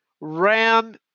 RAM